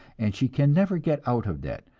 and she can never get out of debt.